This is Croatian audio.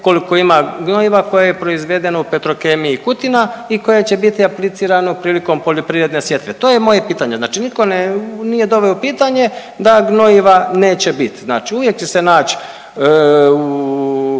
koliko ima gnojiva koje je proizvedeno u Petrokemiji Kutina i koje će bit aplicirano prilikom poljoprivredne sjetve, to je moje pitanje, znači nitko ne nije doveo u pitanju da gnojiva neće biti. Znači uvijek će se nć